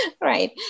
Right